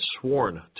sworn